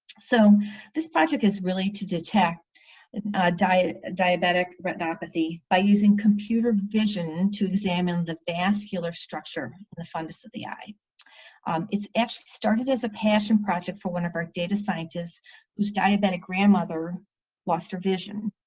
so this project is really to detect and diabetic diabetic retinopathy by using computer vision and to the examine the vascular structure the fundus of the eye it started as a passion project for one of our data scientists who's diabetic grandmother lost her vision.